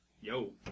Yo